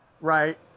right